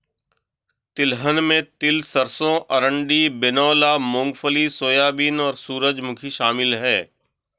तिलहन में तिल सरसों अरंडी बिनौला मूँगफली सोयाबीन और सूरजमुखी शामिल है